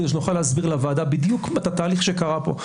כדי שנוכל להסביר לוועדה בדיוק את התהליך שקרה פה.